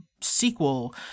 sequel